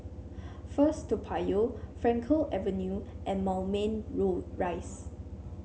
First Toa Payoh Frankel Avenue and Moulmein Rise